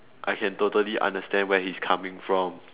I can totally understand where he is coming from